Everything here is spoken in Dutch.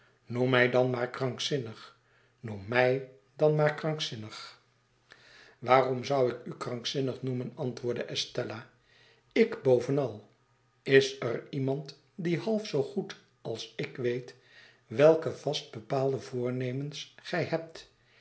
noem mij dan maar krankzinnig noem mij dan maar krankzinnig tbouw aan be lessen of ontrouw waarom zou ik u krankzinnig noemen antwoordde estella ik bovenal iseriemand die half zoo goed als ik weet welke vast bepaalde voornemens gij hebt